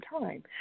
time